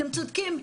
אתם צודקים,